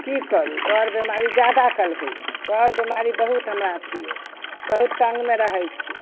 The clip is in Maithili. की करू बड़ बीमारी जादा काल होइए बड़ बीमारी बहुत हमरा अथी अइ बहुत तङ्गमे रहै छी